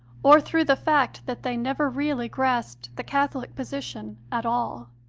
or through the fact that they never really grasped the catholic position at all.